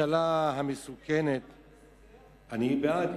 אני בעד.